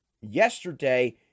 yesterday